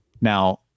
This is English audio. Now